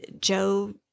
Joe